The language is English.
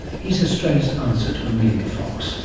he's australia's answer to emilia fox.